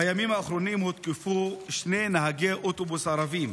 בימים האחרונים הותקפו שני נהגי אוטובוס ערבים,